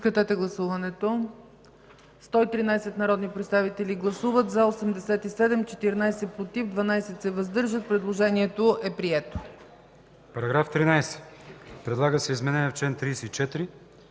Параграф 8 – предлага се изменение в чл. 25.